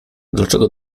dlaczego